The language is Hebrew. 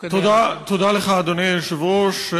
תודה לך, אדוני היושב-ראש.